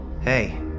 hey